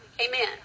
Amen